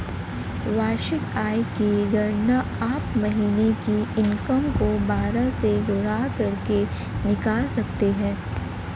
वार्षिक आय की गणना आप महीने की इनकम को बारह से गुणा करके निकाल सकते है